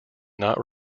not